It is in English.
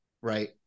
right